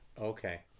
Okay